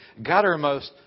guttermost